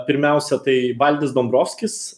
pirmiausia tai valdis dombrovskis